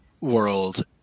world